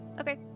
Okay